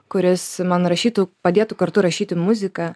kuris man rašytų padėtų kartu rašyti muziką